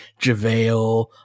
JaVale